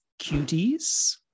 cuties